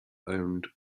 owned